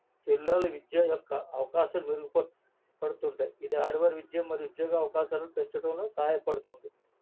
జిల్లాలో విద్య యొక్క అవకాశాలు మెరుగుపరచ పడుతుంటాయి ఇది ఆడవారి విద్యా మరియు ఉద్యోగ అవకాశాలను పెంచడంలో సహాయపడుతుంది